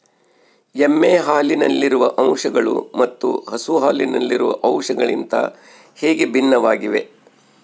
ಎಮ್ಮೆ ಹಾಲಿನಲ್ಲಿರುವ ಅಂಶಗಳು ಮತ್ತು ಹಸು ಹಾಲಿನಲ್ಲಿರುವ ಅಂಶಗಳಿಗಿಂತ ಹೇಗೆ ಭಿನ್ನವಾಗಿವೆ?